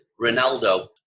Ronaldo